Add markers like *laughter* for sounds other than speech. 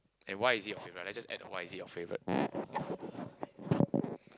and why is it your favourite let's just add why is it your favourite *noise*